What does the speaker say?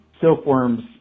silkworm's